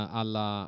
alla